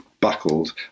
buckled